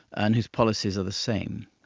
and whose policies are the same.